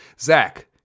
Zach